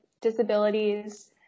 disabilities